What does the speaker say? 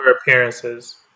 appearances